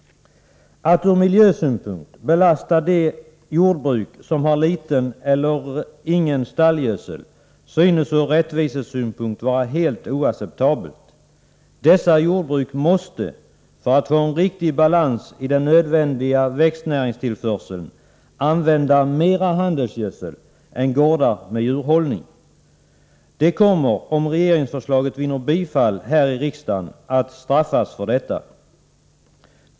Att ur miljösynpunkt belasta de jordbruk som har liten eller ingen stallgödsel synes helt oacceptabelt ur rättvisesynpunkt. Dessa jordbruk måste, för att få en riktig balans i den nödvändiga växtnäringstillförseln, använda mer handelsgödsel än gårdar med djurhållning. De kommer, om regeringsförslaget vinner bifall här i riksdagen, att straffas för detta.